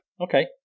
Okay